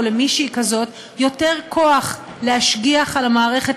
למישהי כזאת יותר כוח להשגיח על המערכת,